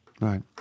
Right